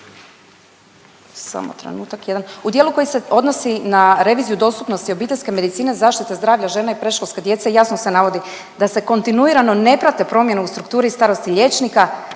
u dijelu koji se odnosi na reviziju dostupnosti obiteljske medicine, zaštite zdravlja žena i predškolske djece jasno se navodi da se kontinuirano ne prate promjene u strukturi i starosti liječnika,